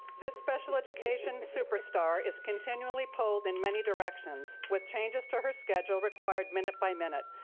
this special education super star is continually pulled in many directions, with changes to her schedule required minute by minute.